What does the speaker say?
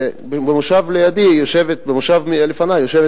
ובמושב לפני יושבת